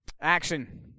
Action